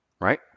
Right